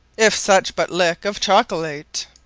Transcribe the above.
if such but lick of chocolate.